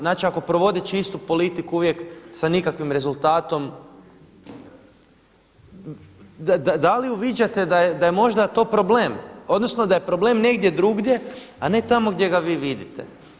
Znači ako provodeći istu politiku uvijek sa nikakvim rezultatom, da li uviđate da je možda to problem, odnosno da je problem negdje drugdje, a ne tamo gdje ga vi vidite.